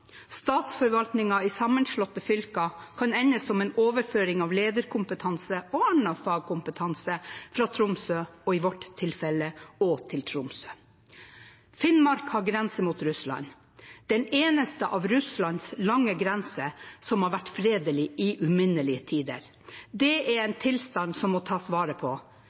i sammenslåtte fylker kan ende som en overføring av lederkompetanse og annen fagkompetanse – i vårt tilfelle fra Vadsø til Tromsø. Finnmark har grense mot Russland, den eneste delen av Russlands lange grense som har vært fredelig i uminnelige tider. Det er en tilstand som må tas vare på.